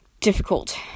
difficult